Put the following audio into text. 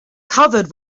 covered